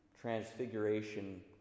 transfiguration